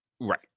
Right